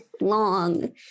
long